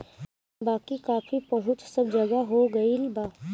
बाकी कॉफ़ी पहुंच सब जगह हो गईल बा